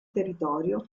territorio